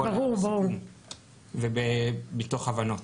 הכל היה בסיכום ומתוך הבנות.